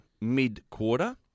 mid-quarter